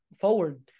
forward